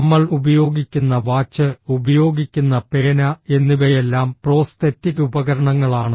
നമ്മൾ ഉപയോഗിക്കുന്ന വാച്ച് ഉപയോഗിക്കുന്ന പേന എന്നിവയെല്ലാം പ്രോസ്തെറ്റിക് ഉപകരണങ്ങളാണ്